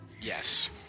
Yes